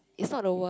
is not over